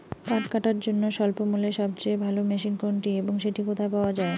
পাট কাটার জন্য স্বল্পমূল্যে সবচেয়ে ভালো মেশিন কোনটি এবং সেটি কোথায় পাওয়া য়ায়?